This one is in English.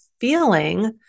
feeling